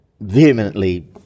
vehemently